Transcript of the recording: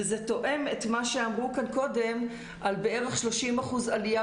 וזה תואם את מה שאמרו כאן קודם על בערך 30% עלייה